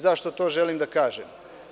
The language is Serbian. Zašto to želim da kažem?